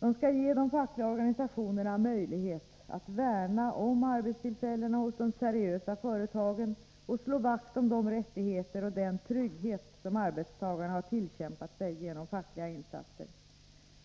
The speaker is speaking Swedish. De skall ge de fackliga organisationerna möjlighet att värna om arbetstillfällena hos de seriösa företagen och slå vakt om de rättigheter och den trygghet som arbetstagarna har tillkämpat sig genom fackliga insatser.